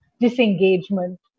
disengagement